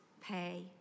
pay